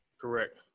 Correct